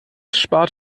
spart